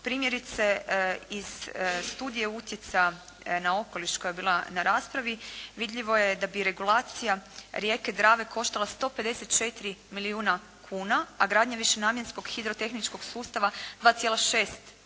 Primjerice iz studije utjecaja na okoliš koja je bila na raspravi vidljivo je da bi regulacija rijeke Drave koštala 154 milijuna kuna, a gradnja višenamjenskog hidrotehničkog sustava 2,6 milijardi